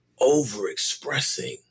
overexpressing